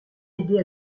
m’aider